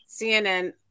CNN